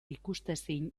ikusezin